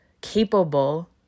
capable